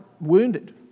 wounded